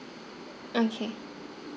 okay